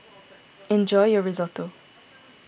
enjoy your Risotto